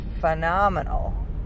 phenomenal